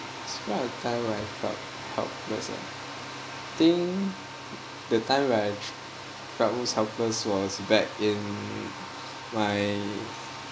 describe a time when I felt helpless ah think the time when I tr~ felt most helpless was back in my